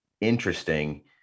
interesting